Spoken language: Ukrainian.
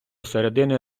середини